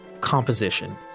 composition